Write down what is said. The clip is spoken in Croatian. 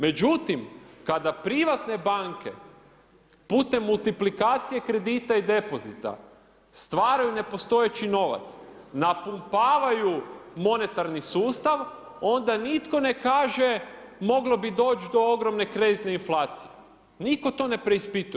Međutim, kada privatne banke putem multiplikacije kredita i depozita stvaraju nepostojeći novac napumpavaju monetarni sustav onda nitko ne kaže moglo bi doći do ogromne kreditne inflacije, nitko to ne preispituje.